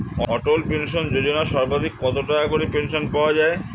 অটল pension Yojana সর্বাধিক কত টাকা করে পেনশন পাওয়া যায়?